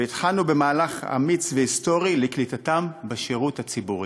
והתחלנו במהלך אמיץ והיסטורי לקליטתם בשירות הציבורי.